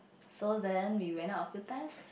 so then we went out a few times